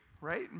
right